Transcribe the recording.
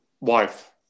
Wife